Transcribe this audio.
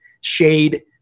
shade